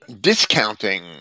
discounting